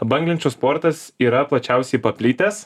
banglenčių sportas yra plačiausiai paplitęs